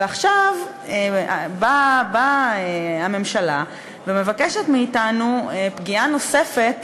ועכשיו באה הממשלה ומבקשת מאתנו פגיעה נוספת